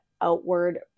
outward